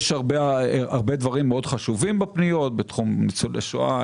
יש הרבה דברים חשובים מאוד בפניות בתחום ניצולי שואה,